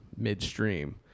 midstream